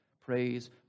Praise